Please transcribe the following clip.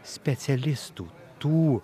specialistų tų